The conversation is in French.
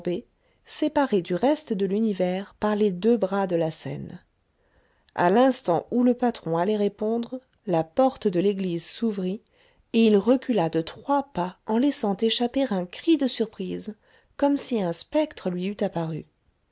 séparés du reste de l'univers par les deux bras de la seine a l'instant où le patron allait répondre la porte de l'église s'ouvrit et il recula de trois pas en laissant échapper un cri de surprise comme si un spectre lui eût apparu